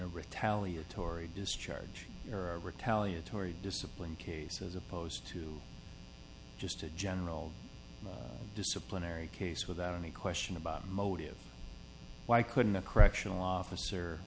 a retaliatory discharge or a retaliatory discipline case was opposed to just a general disciplinary case without any question about motive why couldn't a correction